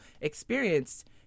experienced